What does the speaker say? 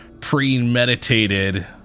premeditated